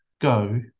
Go